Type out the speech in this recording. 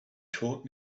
taught